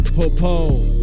Propose